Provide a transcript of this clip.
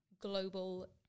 global